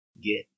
get